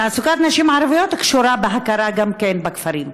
תעסוקת נשים ערביות קשורה גם בהכרה בכפרים.